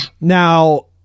Now